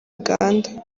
uganda